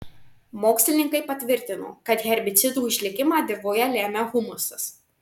mokslininkai patvirtino kad herbicidų išlikimą dirvoje lemia humusas